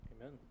Amen